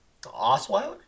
osweiler